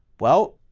well,